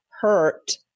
hurt